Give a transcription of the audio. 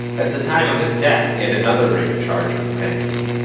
at the time of his death, yet another rape charge was pending